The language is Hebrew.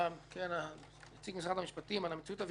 נציג משרד המשפטים, על המציאות הווירטואלית.